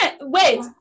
Wait